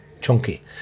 chunky